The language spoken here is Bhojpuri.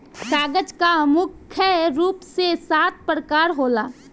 कागज कअ मुख्य रूप से सात प्रकार होला